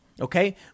Okay